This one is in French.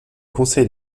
conseil